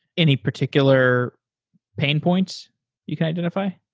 any particular pain points you can identify?